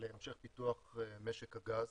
להמשך פיתוח משק הגז.